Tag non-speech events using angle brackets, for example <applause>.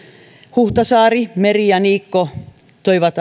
huhtasaari meri ja niikko toivat <unintelligible>